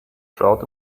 crowd